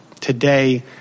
Today